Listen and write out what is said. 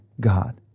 God